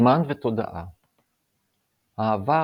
זמן ותודעה העבר,